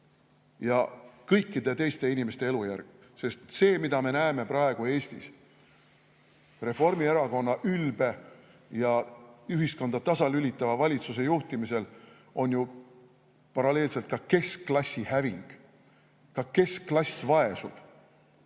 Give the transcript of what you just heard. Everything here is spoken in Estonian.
ja kõikide teiste inimeste elujärg. See, mida me näeme praegu Eestis Reformierakonna ülbe ja ühiskonda tasalülitava valitsuse juhtimisel, on ju paralleelselt ka keskklassi häving. Ka keskklass vaesub.